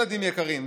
ילדים יקרים,